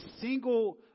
single